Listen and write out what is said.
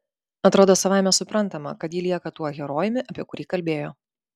atrodo savaime suprantama kad ji lieka tuo herojumi apie kurį kalbėjo